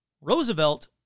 Roosevelt